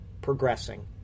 progressing